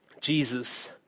Jesus